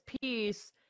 piece